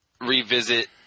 revisit